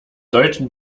deutschen